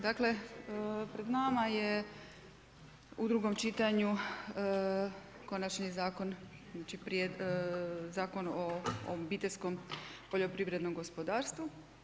Dakle pred nama je u drugom čitanju konačni zakon, znači Zakon o obiteljskom poljoprivrednom gospodarstvu.